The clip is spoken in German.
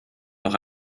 noch